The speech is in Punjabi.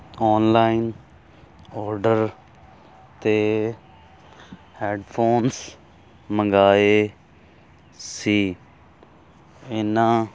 ਆਨਲਾਈਨ ਆਰਡਰ ਤੇ ਹੈਡਫੋਨਸ ਮੰਗਾਏ ਸੀ ਇਹਨਾਂ